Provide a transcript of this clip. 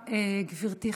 גברתי,